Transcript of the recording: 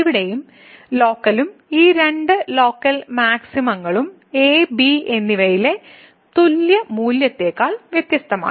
ഇവിടെയും ലോക്കലും ഈ രണ്ട് ലോക്കൽ മാക്സിമുകളും a b എന്നിവയിലെ തുല്യ മൂല്യത്തേക്കാൾ വ്യത്യസ്തമാണ്